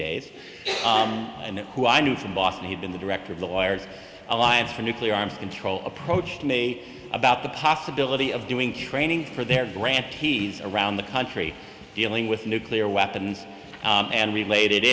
days and who i knew from boston had been the director of the lawyers alliance for nuclear arms control approached me about the possibility of doing training for their grantees around the country dealing with nuclear weapons and related